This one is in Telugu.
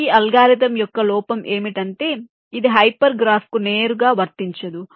ఈ అల్గోరిథం యొక్క లోపం ఏమిటంటే ఇది హైపర్ గ్రాఫ్కు నేరుగా వర్తించదు